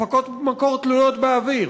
הפקות מקור תלויות באוויר.